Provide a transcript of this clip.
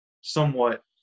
somewhat